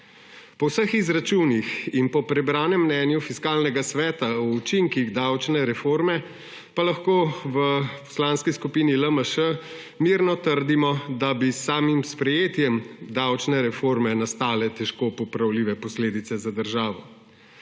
Po vseh izračunih in po prebranem mnenju Fiskalnega sveta o učinkih davčne reforme pa lahko v Poslanski skupini LMŠ mirno trdimo, da bi s samim sprejetjem davčne reforme nastale težko popravljive posledice za državo.